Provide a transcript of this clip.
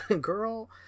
girl